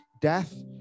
death